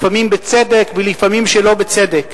לפעמים בצדק ולפעמים שלא בצדק.